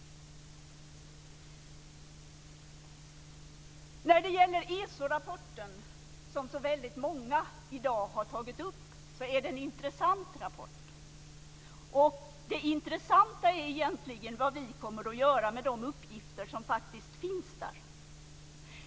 Sedan gäller det ESO-rapporten, som så väldigt många i dag har tagit upp. Det är en intressant rapport. Det intressanta är egentligen vad vi kommer att göra med de uppgifter som faktiskt finns där.